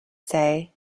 say